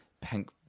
pink